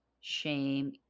shame